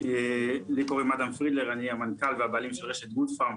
אני המנכ"ל והבעלים של רשת גוד פארם,